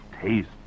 taste